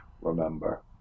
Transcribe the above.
remember